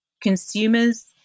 consumers